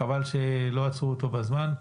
חבל שלא עצרו אותו בזמן.